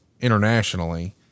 internationally